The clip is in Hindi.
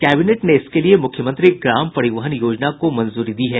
कैबिनेट ने इसके लिए मुख्यमंत्री ग्राम परिवहन योजना को मंजूरी दी है